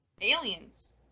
Aliens